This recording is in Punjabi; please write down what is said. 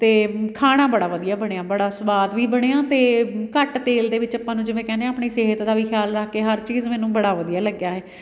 ਅਤੇ ਖਾਣਾ ਬੜਾ ਵਧੀਆ ਬਣਿਆ ਬੜਾ ਸਵਾਦ ਵੀ ਬਣਿਆ ਅਤੇ ਘੱਟ ਤੇਲ ਦੇ ਵਿੱਚ ਆਪਾਂ ਨੂੰ ਜਿਵੇਂ ਕਹਿੰਦੇ ਹਾਂ ਆਪਣੀ ਸਿਹਤ ਦਾ ਵੀ ਖ਼ਿਆਲ ਰੱਖ ਕੇ ਹਰ ਚੀਜ਼ ਮੈਨੂੰ ਬੜਾ ਵਧੀਆ ਲੱਗਿਆ ਇਹ